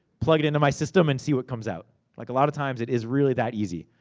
plug it into my system, and see what comes out. like a lotta times, it is really that easy.